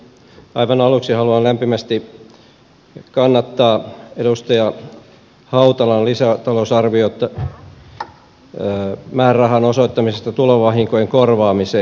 aivan aluksi haluan lämpimästi kannattaa edustaja hautalan lisätalousarvioaloitetta määrärahan osoittamisesta tulvavahinkojen korvaamiseen